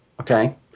okay